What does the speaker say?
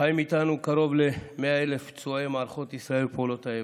חיים איתנו קרוב ל-100,000 פצועי מערכות ישראל ופעולות האיבה.